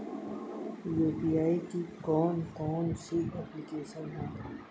UPI की कौन कौन सी एप्लिकेशन हैं?